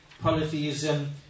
polytheism